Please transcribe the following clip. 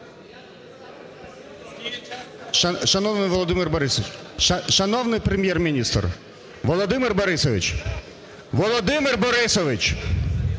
Шановний Володимир Борисович! Шановний Прем'єр-міністр! Володимир Борисович! Володимир Борисович!